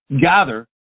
gather